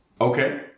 okay